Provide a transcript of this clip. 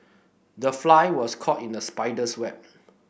the fly was caught in the spider's web